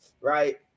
right